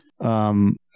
Um-